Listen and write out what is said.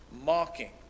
mocking